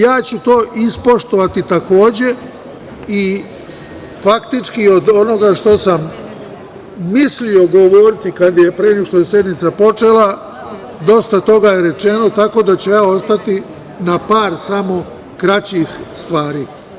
Ja ću to ispoštovati, takođe i faktički od onoga što sam mislio govoriti pre nego što je sednica počela, dosta toga je rečeno, tako da ću ja ostati na par kraćih stvari.